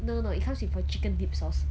no no no it comes with a chicken dip sauce